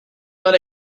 not